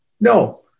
No